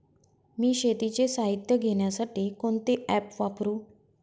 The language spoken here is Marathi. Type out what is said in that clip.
मी शेतीचे साहित्य घेण्यासाठी कोणते ॲप वापरु?